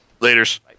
Laters